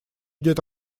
идет